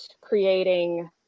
creating